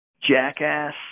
jackass